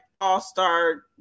all-star